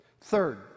Third